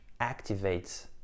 activates